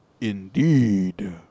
Indeed